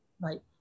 Right